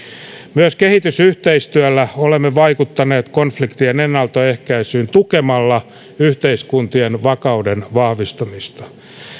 myös kehitysyhteistyöllä olemme vaikuttaneet konfliktien ennaltaehkäisyyn tukemalla yhteiskuntien vakauden vahvistamista